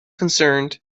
concerned